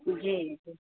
जी जी